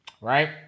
right